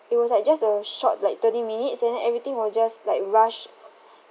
it was like just a short like thirty minutes and then everything was just like rushed